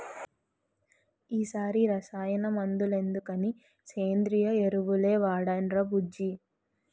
ఈ సారి రసాయన మందులెందుకని సేంద్రియ ఎరువులే వాడేనురా బుజ్జీ